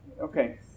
Okay